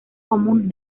común